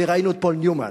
וראינו את פול ניומן.